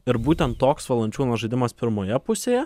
ir būtent toks valančiūno žaidimas pirmoje pusėje